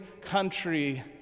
country